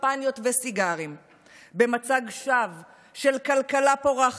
שמפניות וסיגרים במצג שווא של כלכלה פורחת.